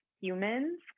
humans